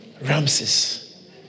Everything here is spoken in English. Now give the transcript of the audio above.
ramses